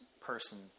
person